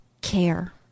care